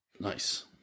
Nice